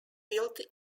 built